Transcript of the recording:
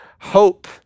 hope